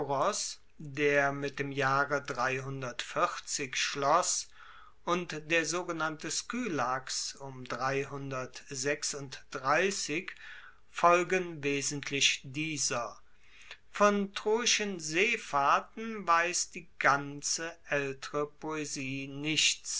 der mit dem jahre schloss und der sogenannte skylax folgen wesentlich dieser von troischen seefahrten weiss die ganze aeltere poesie nichts